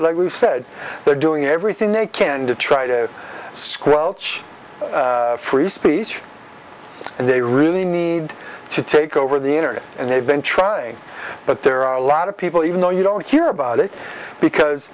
like we've said they're doing everything they can to try to squelch free speech and they really need to take over the internet and they've been trying but there are a lot of people you know you don't hear about it because